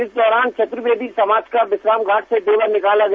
इस दौरान चतुर्वेदी समाज का विश्राम घाट से डोला निकाला गया